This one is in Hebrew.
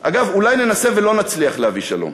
אגב, אולי ננסה ולא נצליח להביא שלום,